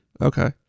okay